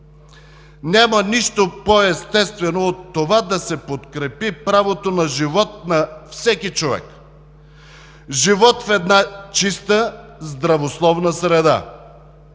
Няма нищо по-естествено от това да се подкрепи правото на живот на всеки човек – живот в една чиста, здравословна среда.